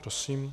Prosím.